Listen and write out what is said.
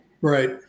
right